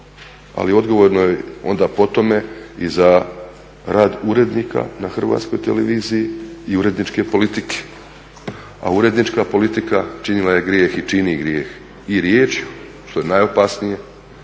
ali odgovorno je onda po tome i za rad urednika na Hrvatskoj televiziji i uredničke politike. A urednička politika činila je grijeh i čini grijeh, i riječju što je najopasnije,